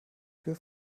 für